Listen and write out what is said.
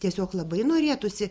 tiesiog labai norėtųsi